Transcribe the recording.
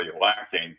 lacking